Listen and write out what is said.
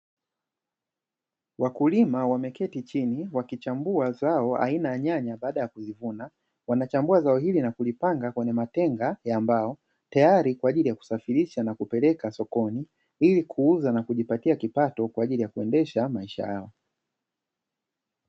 Wakulima wameketi chini wakichambua zao aina ya nyanya baada ya kulivuna, wanachambua zao hili na kulipanga kwenye matenga ya mbao tayari kwa ajili ya kusafirisha na kupeleka sokoni, ili kuuza na kujipatia kipato kwa ajili ya kuendesha maisha yao.